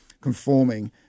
conforming